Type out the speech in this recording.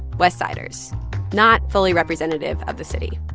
west-siders not fully representative of the city